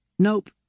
Nope